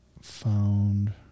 Found